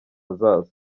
heza